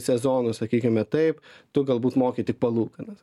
sezonu sakykime taip tu galbūt moki tik palūkanas